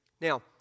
Now